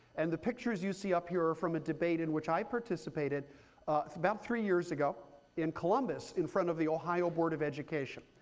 and the pictures you see up here are from a debate in which i participated about three years ago in columbus in front of the ohio board of education.